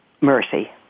mercy